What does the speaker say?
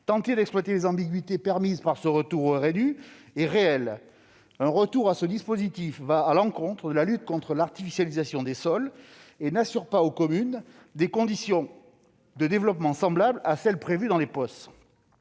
tenter d'exploiter les ambiguïtés permises par le retour au RNU est réel. Un retour à ce dispositif va à l'encontre de la lutte contre l'artificialisation des sols et n'assure pas aux communes des conditions de développement semblables à celles qui étaient prévues dans les POS.